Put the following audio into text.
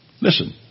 Listen